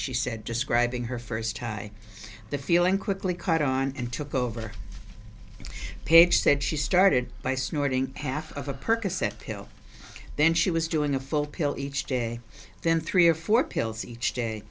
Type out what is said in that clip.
she said describing her first time the feeling quickly caught on and took over paige said she started by snorting half of a percocet pill then she was doing a full pill each day then three or four pills each day